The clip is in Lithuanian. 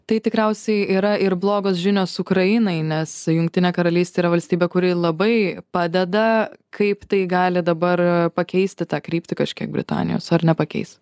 tai tikriausiai yra ir blogos žinios ukrainai nes jungtinė karalystė yra valstybė kuri labai padeda kaip tai gali dabar pakeisti tą kryptį kažkiek britanijos ar nepakeis